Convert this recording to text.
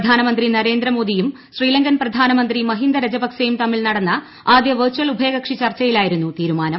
പ്രധാനമന്ത്രി നരേന്ദ്ര മോദിയും ശ്രീലങ്കൻ പ്രധാനമന്ത്രി മഹിന്ദ രാജപക്സെ യും തമ്മിൽ നടന്ന ആദ്യ വെർച്ചൽ ഉഭയിക്ക്ഷി ചർച്ചയിലായിരുന്നു തീരുമാനം